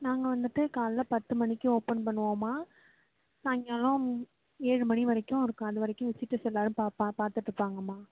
நாங்கள் வந்துவிட்டு காலைல பத்துமணிக்கு ஓப்பன் பண்ணுவோம்மா சாயங்காலம் ஏழு மணி வரைக்கும் இருக்கும் அதுவரையும் விசிட்டர்ஸ் எல்லாரும் பா பார்த்துட்டுருப்பாங்கம்மா